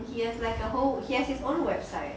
yes like a whole he has his own website